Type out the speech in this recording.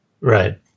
Right